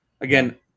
again